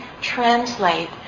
translate